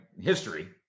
history